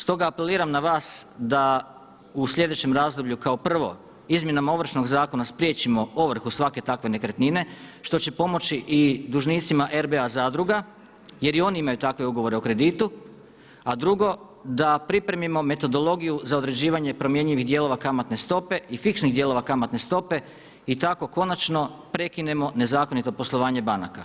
Stoga apeliram na vas da u sljedećem razdoblju kao prvo izmjenama Ovršnog zakona spriječimo ovrhu svake takve nekretnine što će pomoći i dužnicima RBA zadruga jer i oni imaju takve ugovore o kreditu, a drugo, da pripremimo metodologiju za određivanje promjenjivih dijelova kamatne stope i fiksnih dijelova kamatne stope i tako konačno prekinemo nezakonito poslovanje banaka.